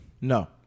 No